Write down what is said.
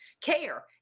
care